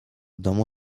domu